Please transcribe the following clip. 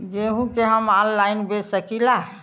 गेहूँ के हम ऑनलाइन बेंच सकी ला?